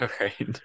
Okay